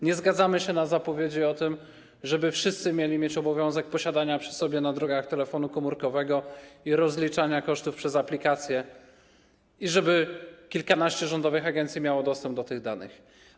Nie zgadzamy się na zapowiedzi dotyczące tego, żeby wszyscy na drogach mieli mieć obowiązek posiadania przy sobie telefonu komórkowego i rozliczania kosztów przez aplikację i żeby kilkanaście rządowych agencji miało dostęp do tych danych.